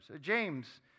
James